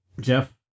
Jeff